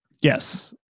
yes